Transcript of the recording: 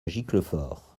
giclefort